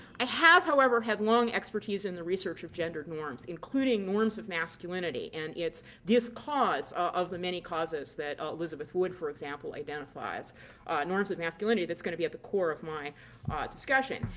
i have, however, had long expertise in the research of gender norms, including norms of masculinity. and it's this cause of the many causes that elizabeth wood, for example, identifies norms of masculinity that's going to be at the core of my discussion.